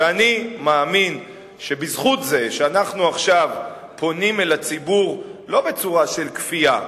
ואני מאמין שבזכות זה שאנחנו עכשיו פונים אל הציבור לא בצורה של כפייה,